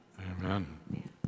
amen